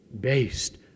based